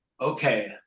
Okay